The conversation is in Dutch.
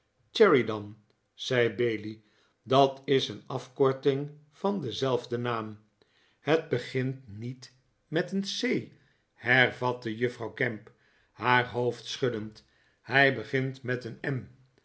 cherry dan zei bailey dat is een afkorting maar dezelfde naam hij begint riiet met een c hervatte juffrouw gamp haar hoofd schuddend hij begint met een m